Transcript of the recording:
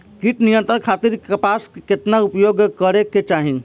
कीट नियंत्रण खातिर कपास केतना उपयोग करे के चाहीं?